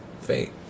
fate